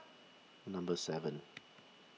number seven